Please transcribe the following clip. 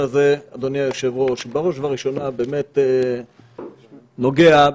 האם אנחנו באמת מתכוונים,